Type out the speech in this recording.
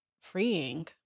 freeing